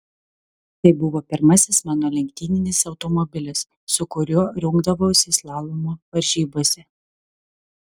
tai buvo pirmasis mano lenktyninis automobilis su kuriuo rungdavausi slalomo varžybose